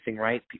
right